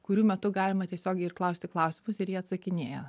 kurių metu galima tiesiogiai ir klausti klausimus ir jie atsakinėja